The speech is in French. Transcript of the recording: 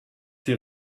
ces